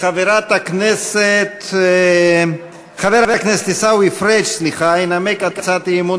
חבר הכנסת עיסאווי פריג' ינמק את הצעת האי-אמון